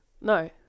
No